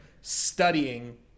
studying